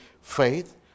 faith